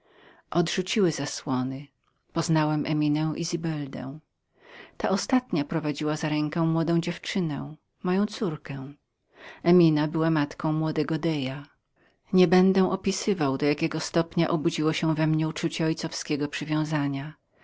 odrzuciły zasłony poznałem eminę i zibeldę ta ostatnia prowadziła za rękę młodą dziewczynę moją córkę emina była matką młodego deja nie będę opisywał do jakiego stopnia obudziło się we mnie uczucie ojcowskiego przywiązania